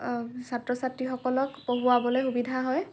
ছাত্ৰ ছাত্ৰীসকলক পঢ়ুওৱাবলৈ সুবিধা হয়